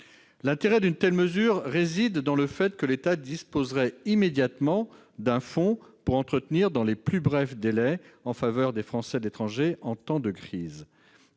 L'intérêt d'une telle mesure réside dans le fait que l'État disposerait immédiatement d'un fonds pour intervenir, dans les plus brefs délais, en faveur des Français de l'étranger en temps de crise.